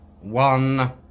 one